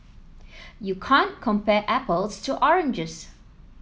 you can't compare apples to oranges